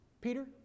peter